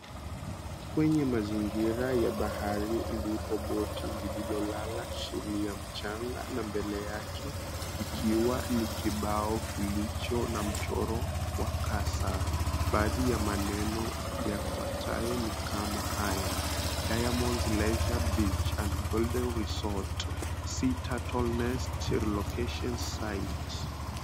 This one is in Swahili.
Kwenye mazingira ya bahari lipo boti lililolala chini ya mchanga na mbele yake yake ikiwa na ikbao cha mchoro wa kasa. Baadhi ya maneno yafuatayo ni kama haya" DIAMONDS LEISURE BEACH & GOLDEN RESORT, SEA TUTTLE NEST, RELOCATION SITE"